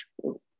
true